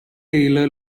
taylor